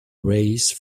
race